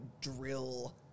drill